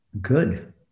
good